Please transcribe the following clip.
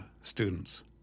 students